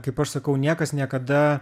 kaip aš sakau niekas niekada